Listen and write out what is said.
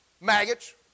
Maggots